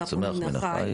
לכן